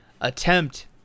attempt